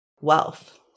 wealth